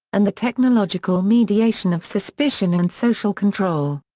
and the technological mediation of suspicion and social control.